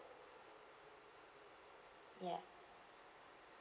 ya